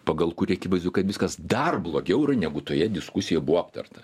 pagal kurį akivaizdu kad viskas dar blogiau yra negu toje diskusijoje buvo aptarta